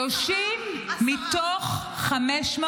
מתוך מה